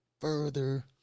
further